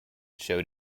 showed